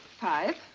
five.